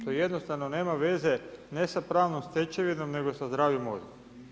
To jednostavno nema veze ne sa pravnom stečevinom, nego sa zdravim mozgom.